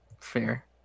Fair